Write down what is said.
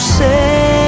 say